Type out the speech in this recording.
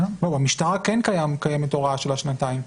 במשטרה כן קיימת ההוראה של השנתיים.